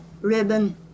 ribbon